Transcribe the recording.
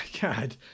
God